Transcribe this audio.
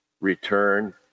return